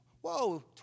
whoa